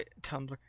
Tumblr